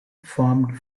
formed